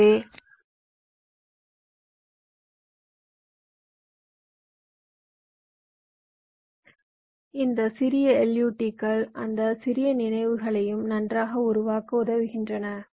எனவே இந்த சிறிய LUT கள் அந்த சிறிய நினைவுகளையும் நன்றாக உருவாக்க உதவுகின்றன